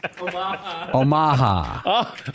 Omaha